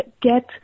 get